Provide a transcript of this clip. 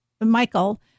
Michael